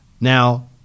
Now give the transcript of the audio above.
Now